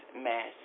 mass